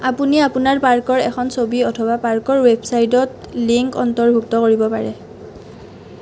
আপুনি আপোনাৰ পাৰ্কৰ এখন ছবি অথবা পাৰ্কৰ ৱেবছাইটত লিঙ্ক অন্তৰ্ভুক্ত কৰিব পাৰে